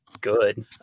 good